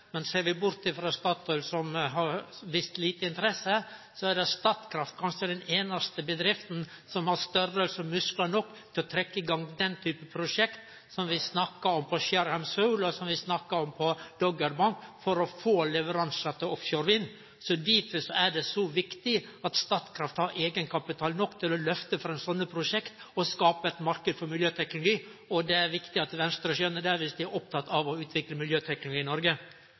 den einaste bedrifta som har størrelse og musklar nok til å trekkje i gang den typen prosjekt som vi snakkar om på Sheringham Shoal, og som vi snakkar om på Doggerbank, for å få leveransar til Offshore Wind. Difor er det så viktig at Statkraft har eigenkapital nok til å lyfte fram slike prosjekt og skape ein marknad for miljøteknologi, og det er viktig at Venstre skjønar det, dersom dei er opptekne av å utvikle miljøteknologi i Noreg.